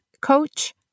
coach